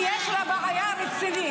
כי יש לה בעיה רצינית,